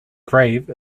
grave